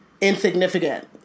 insignificant